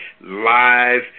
live